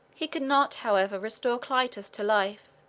he could not, however, restore clitus to life,